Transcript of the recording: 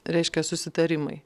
reiškia susitarimai